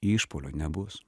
išpuolio nebus